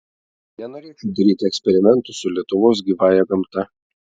nenorėčiau daryti eksperimentų su lietuvos gyvąja gamta